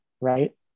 right